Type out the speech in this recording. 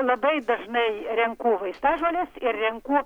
labai dažnai renku vaistažoles ir renku